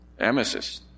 Emesis